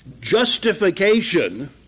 justification